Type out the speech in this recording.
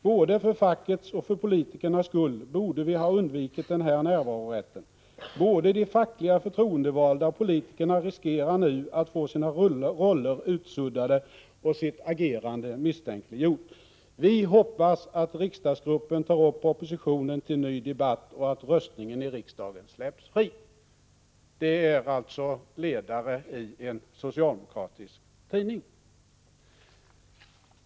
Både för fackets och för politikernas skull borde vi ha undvikit den här närvarorätten. Både de fackliga förtroendevalda och politikerna riskerar nu att få sina roller utsuddade och sitt agerande misstänkliggjort. Vi hoppas att riksdagsgruppen tar upp propositionen till ny debatt och att röstningen i riksdagen släpps fri.” Detta är alltså ledaren i en socialdemokratisk tidning.